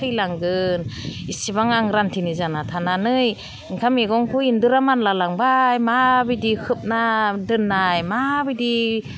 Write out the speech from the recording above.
थैलांगोन इसेबां आं रानधोनि जाना थानानै ओंखाम मैगंखौ इन्जरा मानला लांबाय माबायदि खोबना दोननाय माबायदि